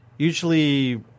Usually